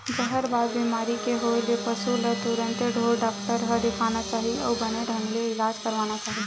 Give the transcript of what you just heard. जहरबाद बेमारी के होय ले पसु ल तुरते ढ़ोर डॉक्टर ल देखाना चाही अउ बने ढंग ले इलाज करवाना चाही